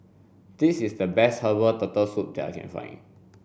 this is the best herbal turtle soup that I can find